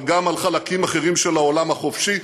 אבל גם על חלקים אחרים של העולם החופשי.